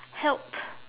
help